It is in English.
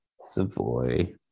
Savoy